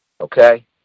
Okay